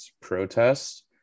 protests